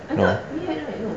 no